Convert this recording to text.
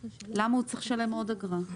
למה הוא צריך לשלם עוד אגרה?